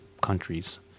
countries